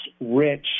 rich